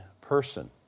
person